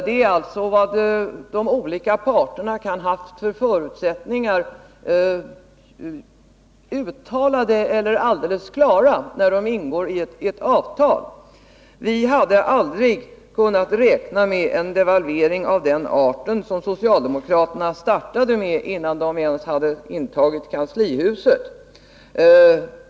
Det gäller alltså vad de olika parterna kan ha haft för förutsättningar — uttalade eller alldeles klara — när de ingår ett avtal. Vi hade aldrig kunnat räkna med en devalvering av den art som socialdemokraterna startade med innan de ens hade intagit kanslihuset.